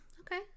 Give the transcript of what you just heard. Okay